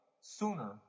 sooner